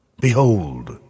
Behold